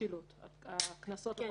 קנסות על